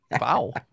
wow